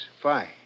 Fine